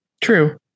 True